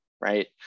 right